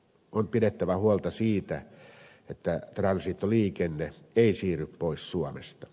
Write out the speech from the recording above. on pidettävä huolta siitä että transitoliikenne ei siirry pois suomesta